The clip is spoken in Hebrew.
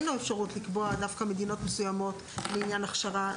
לו אפשרות לקבוע דווקא מדינות מסוימות לעניין הכשרה.